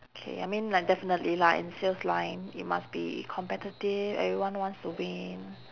okay I mean like definitely lah in sales line you must be competitive everyone wants to win